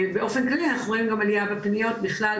באופן כללי אנחנו רואים גם עלייה בפניות בכלל,